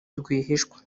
rwihishwa